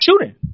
shooting